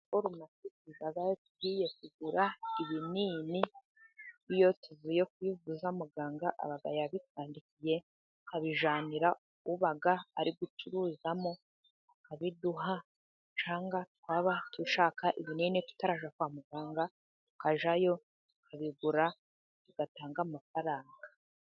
Forumasi tujyayo tugiye kugura ibinini. Iyo tuvuye kuyivuza, muganga yabikwandikiye, akabijyanira uba ari gucururizamo, abiduha. Cyangwa twaba dushaka ibinini tutarajya kwa muganga, tukajyayo, tukabigura, tugatanga amafaranga.